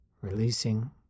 releasing